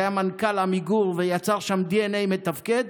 שהיה מנכ"ל עמיגור ויצר שם דנ"א מתפקד.